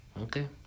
okay